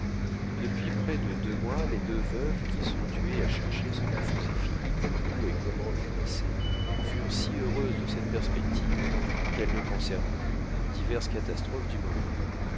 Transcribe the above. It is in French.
depuis près de deux mois les deux veuves qui se tuaient à chercher ce que faisait philippe où et comment le placer furent si heureuses de cette perspective qu'elles ne pensèrent plus aux diverses catastrophes du moment